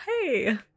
Hey